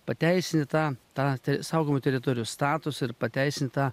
pateisini tą tą saugomų teritorijų statusą ir pateisini tą